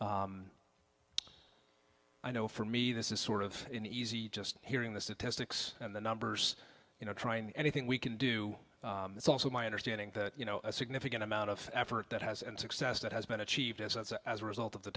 i know for me this is sort of an easy just hearing the statistics and the numbers you know trying anything we can do it's also my understanding that you know a significant amount of effort that has and success that has been achieved as a result of the